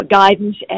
guidance